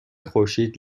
خورشید